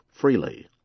freely